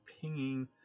pinging